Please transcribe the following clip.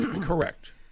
Correct